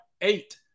eight